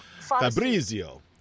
Fabrizio